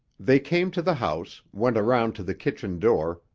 they came to the house, went around to the kitchen door,